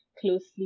closely